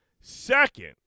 Second